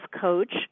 coach